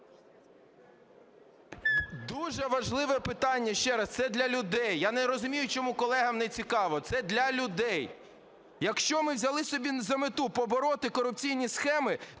Дуже важливе питання, ще раз, це для людей. Я не розумію, чому колегам нецікаво, це для людей. Якщо ми взяли собі за мету – побороти корупційні схеми,